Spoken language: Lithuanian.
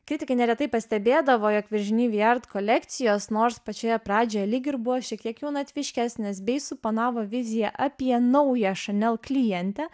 kritikai neretai pastebėdavo jog vižini vijart kolekcijos nors pačioje pradžioje lyg ir buvo šiek tiek jaunatviškesnės bei suponavo viziją apie naują chanel klientę